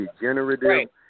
Degenerative